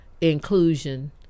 inclusion